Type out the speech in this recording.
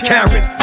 Karen